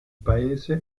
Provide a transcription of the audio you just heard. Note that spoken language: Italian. paese